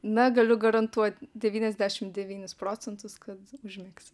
na galiu garantuot devyniasdešim devynis procentus kad užmigsi